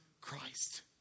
Christ